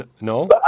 No